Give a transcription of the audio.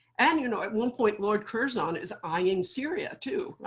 and you know at one point, lord curzon is eyeing syria, too,